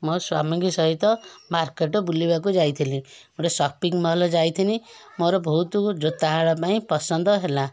ମୋ ସ୍ୱାମୀଙ୍କି ସହିତ ମାର୍କେଟ୍ ବୁଲିବାକୁ ଯାଇଥିଲି ଗୋଟେ ଶପିଙ୍ଗ୍ ମଲ୍ ଯାଇଥିନି ମୋର ବହୁତ ଜୋତା ହଳ ପାଇଁ ପସନ୍ଦ ହେଲା